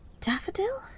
Daffodil